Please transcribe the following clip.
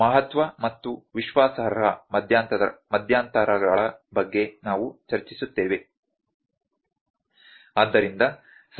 ಮಹತ್ವ ಮತ್ತು ವಿಶ್ವಾಸಾರ್ಹ ಮಧ್ಯಂತರಗಳ ಬಗ್ಗೆ ನಾವು ಚರ್ಚಿಸುತ್ತೇವೆ